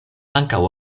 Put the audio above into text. ankaŭ